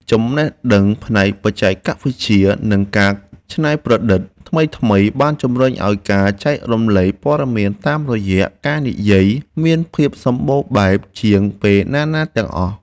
ចំណេះដឹងផ្នែកបច្ចេកវិទ្យា និងការច្នៃប្រឌិតថ្មីៗបានជំរុញឱ្យការចែករំលែកព័ត៌មានតាមរយៈការនិយាយមានភាពសម្បូរបែបជាងពេលណាៗទាំងអស់។